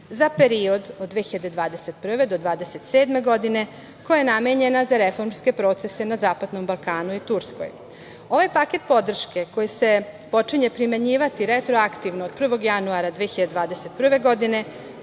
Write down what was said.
za period od 2021. do 2027. godine koja je namenjena za reforme procese na Zapadnom Balkanu i Turskoj. Ovaj paket podrške koji se počinje primenjivati retroaktivno od 1. januara 2021. godine